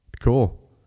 Cool